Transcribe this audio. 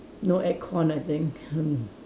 no aircon I think hmm